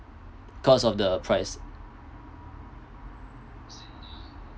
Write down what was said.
cause of the price